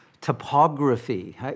topography